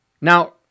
Now